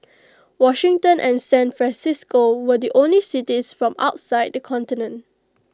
Washington and San Francisco were the only cities from outside the continent